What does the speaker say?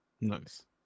Nice